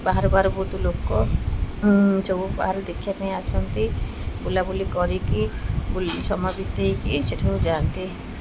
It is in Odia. ବାହାରୁ ବାହାରୁ ବହୁତ ଲୋକ ବାହାରୁ ଦେଖିବା ପାଇଁ ଆସନ୍ତି ବୁଲାବୁଲି କରିକି ବୁଲି ସମୟ ବିତେଇକି ସେଇଠାକୁ ଯାଆନ୍ତି